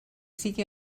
sigui